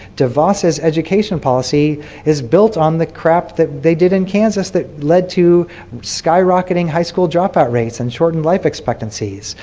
devos has education policy built on the crap that they did in kansas that led to sky rocketing high school dropout rates and shortened life expectancies,